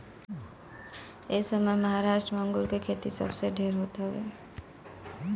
एसमय महाराष्ट्र में अंगूर के खेती सबसे ढेर होत हवे